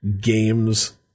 games